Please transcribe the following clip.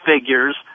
figures